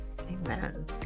Amen